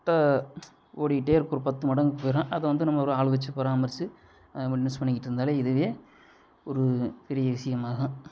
ஓடிக்கிட்டே இருக்கும் ஒரு பத்து மடங்கு போயிடும் அதை வந்து நம்ம ஒரு ஆள் வச்சு பராமரித்து அதை நம்ம இன்வெஸ்ட் பண்ணிகிட்டு இருந்தாலே இதுவே ஒரு பெரிய விஷயமாகும்